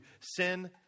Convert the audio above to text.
sin